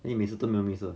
then 你每次都没有 miss 的